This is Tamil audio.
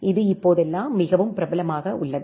இது இப்போதெல்லாம் மிகவும் பிரபலமாக உள்ளது